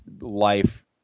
life